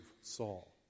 Saul